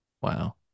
Wow